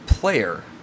Player